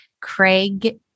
Craig